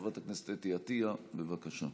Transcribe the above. חברת הכנסת אתי עטייה, בבקשה.